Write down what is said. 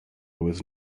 was